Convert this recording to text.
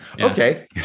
Okay